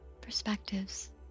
perspectives